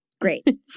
Great